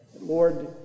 Lord